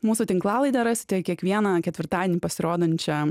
mūsų tinklalaidę rasite kiekvieną ketvirtadienį pasirodančią